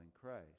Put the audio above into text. Christ